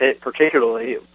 particularly